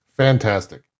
fantastic